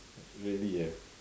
really ah